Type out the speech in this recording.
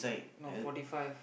no forty five